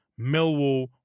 Millwall